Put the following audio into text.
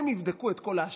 הם יבדקו את כל ההשלכות,